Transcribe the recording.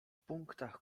punktach